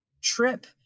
trip